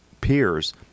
peers